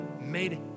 made